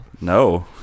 No